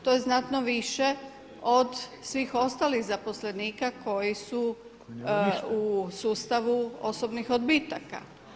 To je znatno više od svih ostalih zaposlenika koji su u sustavu osobnih odbitaka.